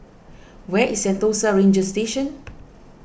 where is Sentosa Ranger Station